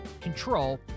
control